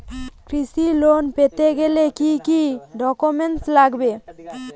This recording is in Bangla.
কৃষি লোন পেতে গেলে কি কি ডকুমেন্ট লাগবে?